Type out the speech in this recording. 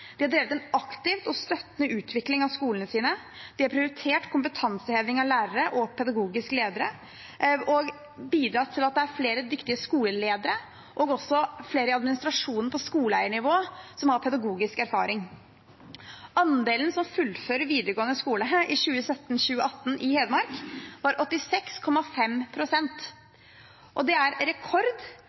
De har drevet en aktiv og støttende utvikling av skolene sine. De har prioritert kompetanseheving av lærere og pedagogiske ledere, de har bidratt til at det er flere dyktige skoleledere, og at det er flere i administrasjonen på skoleeiernivå som har pedagogisk erfaring. Andelen som fullførte videregående skole i 2017–2018 i Hedmark, var på 86,5 pst. Det er rekord,